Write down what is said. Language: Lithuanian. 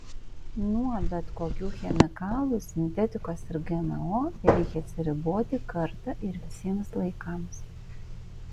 nuo bet kokių chemikalų sintetikos ir gmo reikia atsiriboti kartą ir visiems laikams